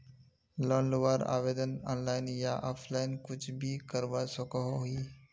Loan लुबार आवेदन online या ऑफलाइन कुछ भी करवा सकोहो ही?